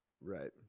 Right